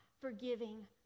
forgiving